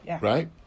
right